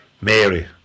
Mary